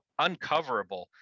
uncoverable